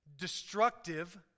destructive